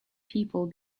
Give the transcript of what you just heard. people